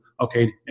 okay